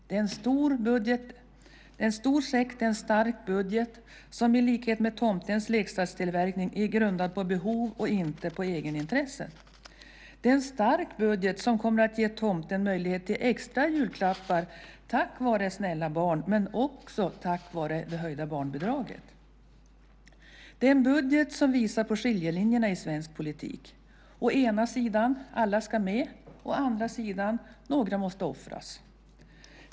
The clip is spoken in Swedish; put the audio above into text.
Det är en stor säck, en stark budget som i likhet med tomtens leksakstillverkning är grundad på behov och inte på egenintressen. Det är en stark budget som kommer att ge tomten möjlighet att ge extra julklappar tack vare snälla barn men också tack vare det höjda barnbidraget. Det är en budget som visar på skiljelinjerna i svensk politik: Å ena sidan ska alla med, å andra sidan måste några offras.